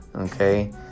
Okay